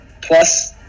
plus